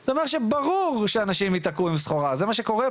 וזה אומר שברור שאנשים ייתקעו עם סחורה,